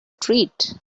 treat